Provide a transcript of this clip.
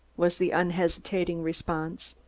was the unhesitating response.